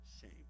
shame